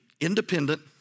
independent